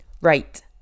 Right